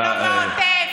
שמעת על זה, קטי?